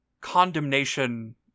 condemnation